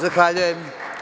Zahvaljujem.